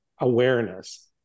awareness